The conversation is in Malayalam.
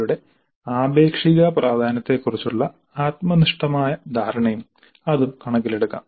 യുടെ ആപേക്ഷിക പ്രാധാന്യത്തെക്കുറിച്ചുള്ള ആത്മനിഷ്ഠമായ ധാരണയും അതും കണക്കിലെടുക്കാം